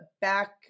back